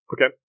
Okay